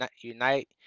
unite